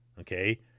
Okay